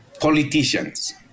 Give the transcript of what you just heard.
Politicians